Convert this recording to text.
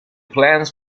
plans